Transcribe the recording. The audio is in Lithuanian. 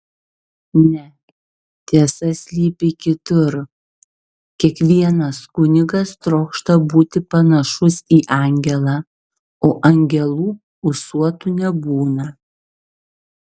ne tiesa slypi kitur kiekvienas kunigas trokšta būti panašus į angelą o angelų ūsuotų nebūna